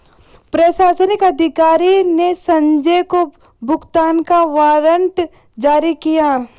प्रशासनिक अधिकारी ने संजय को भुगतान का वारंट जारी किया